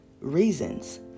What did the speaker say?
reasons